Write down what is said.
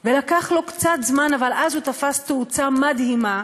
ולקח לו קצת זמן, אבל אז הוא תפס תאוצה מדהימה.